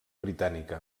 britànica